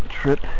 trip